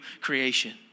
creation